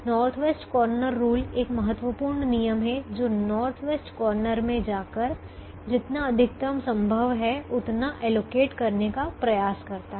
north west corner rule एक महत्वपूर्ण नियम है जो नॉर्थ वेस्ट कॉर्नर में जाकर जितना अधिकतम संभव है उतना आवंटित करने का प्रयास करना है